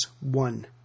one